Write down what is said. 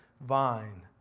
vine